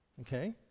Okay